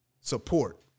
support